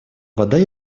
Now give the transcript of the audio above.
вода